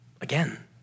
again